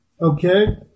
okay